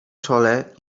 czole